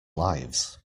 lives